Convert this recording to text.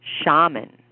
shaman